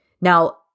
Now